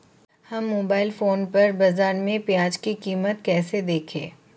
हम mobile phone पर बाज़ार में प्याज़ की कीमत कैसे देखें?